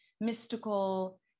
mystical